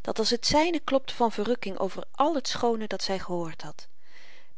dat als t zyne klopte van verrukking over al t schoone dat zy gehoord had